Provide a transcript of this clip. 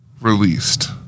released